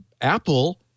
Apple